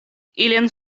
ilin